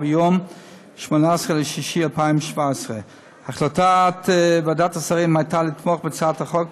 ביום 18 ביוני 2017. החלטת ועדת השרים הייתה לתמוך בהצעת החוק,